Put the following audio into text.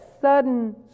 sudden